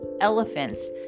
elephants